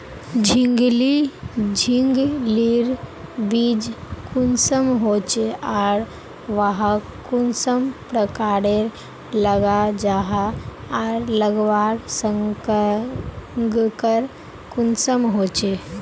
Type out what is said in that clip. झिंगली झिंग लिर बीज कुंसम होचे आर वाहक कुंसम प्रकारेर लगा जाहा आर लगवार संगकर कुंसम होचे?